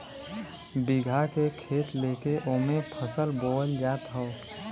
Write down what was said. बीघा के खेत लेके ओमे फसल बोअल जात हौ